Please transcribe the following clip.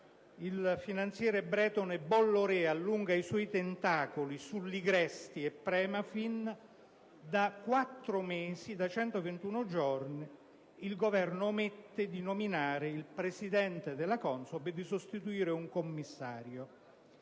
il finanziere bretone Bolloré allunga i suoi tentacoli su Ligresti e Premafin, da quattro mesi (da 121 giorni) il Governo omette di nominare il presidente della CONSOB e di sostituire un commissario.